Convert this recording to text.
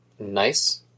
Nice